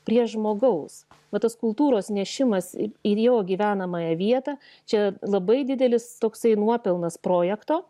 prie žmogaus va tas kultūros nešimas į į jo gyvenamąją vietą čia labai didelis toksai nuopelnas projekto